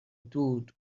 دود